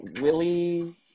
Willie